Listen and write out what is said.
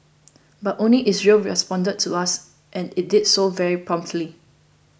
but only Israel responded to us and it did so very promptly